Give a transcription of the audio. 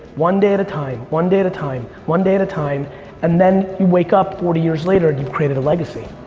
one day at a time, one day at a time, one day at a time and then you wake up forty years later and you've created a legacy.